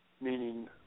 meaning